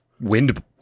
wind